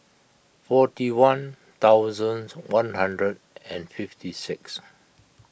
forty one thousand one hundred and fifty six